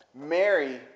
Mary